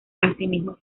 asimismo